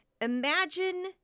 imagine